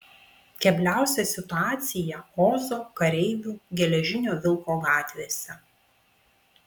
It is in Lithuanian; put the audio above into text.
kebliausia situacija ozo kareivių geležinio vilko gatvėse